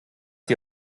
die